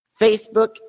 Facebook